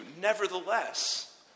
nevertheless